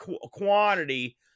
quantity